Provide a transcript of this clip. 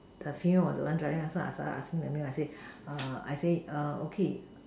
the feel or the one driving so I started asking the err I say I say err okay